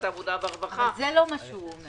העבודה והרווחה -- אבל זה לא מה שהוא אומר.